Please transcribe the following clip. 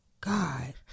God